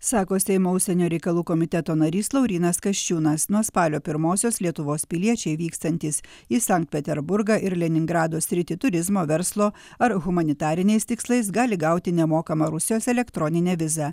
sako seimo užsienio reikalų komiteto narys laurynas kasčiūnas nuo spalio pirmosios lietuvos piliečiai vykstantys į sankt peterburgą ir leningrado sritį turizmo verslo ar humanitariniais tikslais gali gauti nemokamą rusijos elektroninę vizą